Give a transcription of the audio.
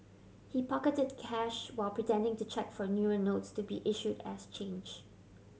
he pocketed cash while pretending to check for newer notes to be issued as change